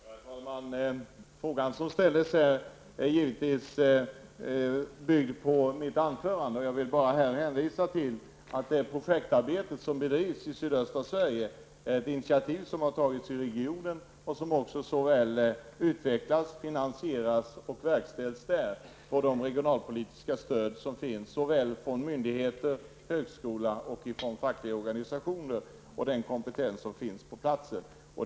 Herr talman! Frågan som ställdes är givetvis byggd på mitt anförande. Jag vill bara hänvisa till att det projektarbete som bedrivs i sydöstra Sverige är ett initiativ som har tagits i regionen och som utvecklas, finansieras och verkställs där med de regionalpolitiska stöd som finns från myndigheter, högskola och fackliga organisationer tillsammans med den kompetens som finns på platsen.